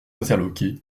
interloqué